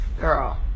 Girl